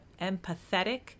empathetic